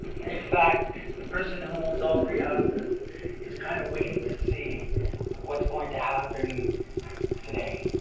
in fact the person who owns all three houses is kind of waiting to see what's going to happen today.